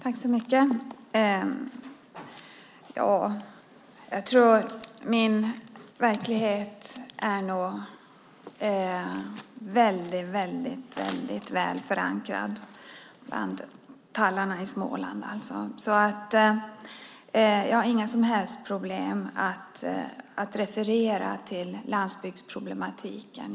Herr talman! Min verklighetsuppfattning är väldigt väl förankrad bland tallarna i Småland. Jag har inga som helst problem att relatera till landsbygdsproblematiken.